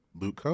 Luke